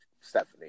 Stephanie